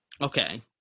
Okay